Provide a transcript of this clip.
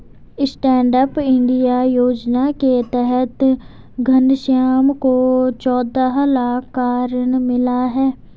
stand up India योजना के तहत घनश्याम को चौदह लाख का ऋण मिला है